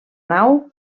nau